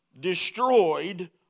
destroyed